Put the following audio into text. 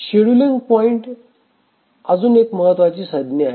scheduling point अजून एक महत्त्वाची संज्ञा आहे